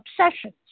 obsessions